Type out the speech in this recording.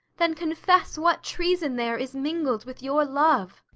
then confess what treason there is mingled with your love.